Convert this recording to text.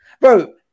bro